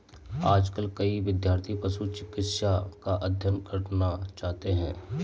आजकल कई विद्यार्थी पशु चिकित्सा का अध्ययन करना चाहते हैं